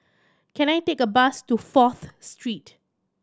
can I take a bus to Fourth Street